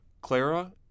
Clara